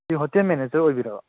ꯁꯤ hotel manager ꯑꯣꯏꯕꯤꯔꯕ